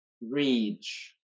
reach